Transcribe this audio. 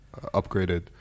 upgraded